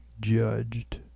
judged